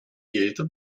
jeder